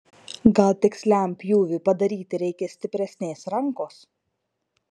gal tiksliam pjūviui padaryti reikia stipresnės rankos